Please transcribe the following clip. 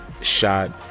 shot